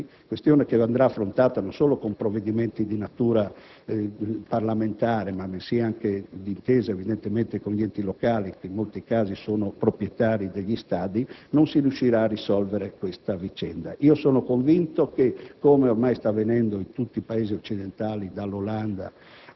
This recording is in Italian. particolare la questione stadi e la loro gestione, (questione che andrà affrontata non solo con provvedimenti di natura parlamentare, bensì anche d'intesa con gli enti locali che in molti casi sono proprietari degli stadi) non si riuscirà a risolvere questa vicenda. Sono convinto che,